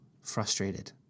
frustrated